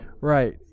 Right